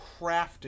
crafted